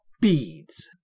beads